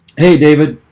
hey david,